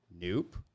Nope